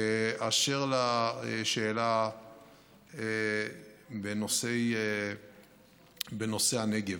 אשר לשאלה בנושא הנגב,